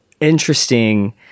interesting